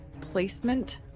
placement